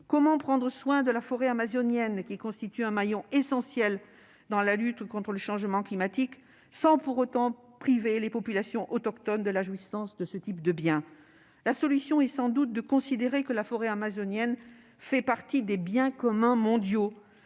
Comment prendre soin de la forêt amazonienne, qui constitue un maillon essentiel dans la lutte contre le changement climatique, sans pour autant priver les populations autochtones de la jouissance de ce type de bien ? La solution est sans doute de considérer que la forêt amazonienne fait partie des « biens communs mondiaux